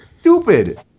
Stupid